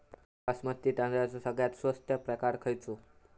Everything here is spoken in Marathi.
बासमती तांदळाचो सगळ्यात स्वस्त प्रकार खयलो?